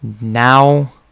Now